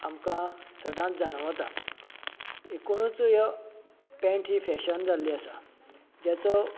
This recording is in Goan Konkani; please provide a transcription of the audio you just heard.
आमकां सदांच जाणवता एकुणूच ह्यो पॅण्ट ही फॅशन जाल्ली आसा जाचो